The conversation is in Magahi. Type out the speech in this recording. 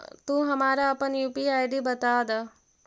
तू हमारा अपन यू.पी.आई आई.डी बता दअ